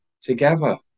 together